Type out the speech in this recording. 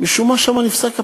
משום מה שם נפסק הפיתוח.